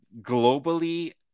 globally